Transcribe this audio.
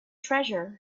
treasure